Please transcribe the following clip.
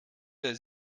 der